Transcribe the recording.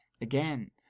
again